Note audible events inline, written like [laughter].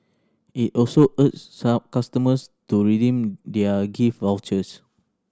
it also urged [unintelligible] customers to redeem their gift vouchers